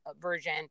version